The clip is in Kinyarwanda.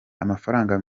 amafaranga